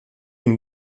une